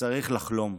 וצריך לחלום.